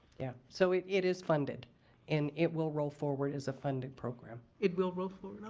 yeah, so it it is funded and it will roll forward as a funded program. it will roll forward?